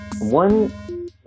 One